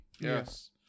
Yes